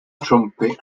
trumpet